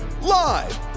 live